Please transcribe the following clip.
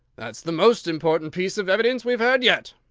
that's the most important piece of evidence we've heard yet,